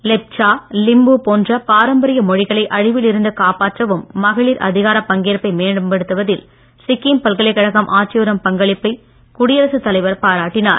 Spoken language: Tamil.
லேப்சா லிம்பூ போன்ற பாரம்பரிய மொழிகளை அழிவில் இருந்து காப்பாற்றவும் மகளிர் அதிகாரப் பங்கேற்பை மேம்படுத்துவதிலும் சிக்கிம் பல்கலைக்கழகம் ஆற்றி வரும் பங்களிப்பை குடியரசு தலைவர் பாராட்டினார்